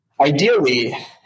ideally